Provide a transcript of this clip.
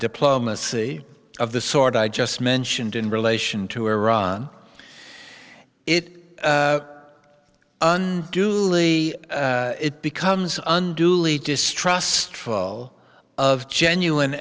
diplomacy of the sort i just mentioned in relation to iran it unduly it becomes unduly distrustful of genuine